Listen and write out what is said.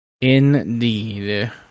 Indeed